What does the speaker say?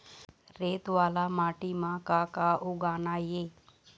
रेत वाला माटी म का का उगाना ये?